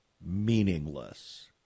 meaningless